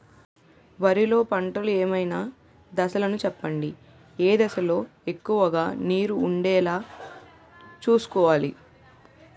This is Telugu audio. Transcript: వరిలో పంటలు ఏమైన దశ లను చెప్పండి? ఏ దశ లొ ఎక్కువుగా నీరు వుండేలా చుస్కోవలి?